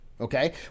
Okay